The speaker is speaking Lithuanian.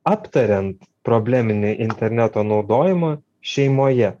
aptariant probleminį interneto naudojimą šeimoje